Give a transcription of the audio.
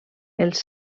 els